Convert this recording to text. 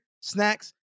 snacks